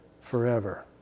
forever